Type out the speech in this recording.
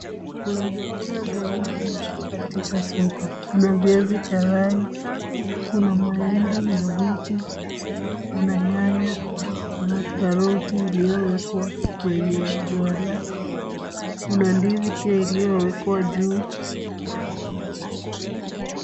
Kuna vyakula vya aina mingi katika soko. Kuna viazi karai, kuna mahindi mabichi, kuna nyanya, kuna karoti iliyowekwa kwenye juala ,kuna ndizi pia iliyowekwa juu.....